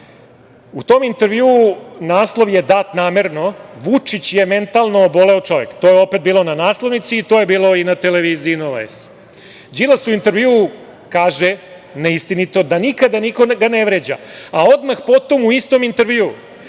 U tom intervjuu naslov je dat namerno - Vučić je mentalno oboleo čovek. To je opet bilo na naslovnici i to je bilo i na televiziji Nova S. Đilas u intervjuu kaže, neistinito, da nikada nikoga ne vređa, a odmah potom u istom intervjuu